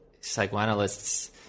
psychoanalysts